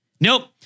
Nope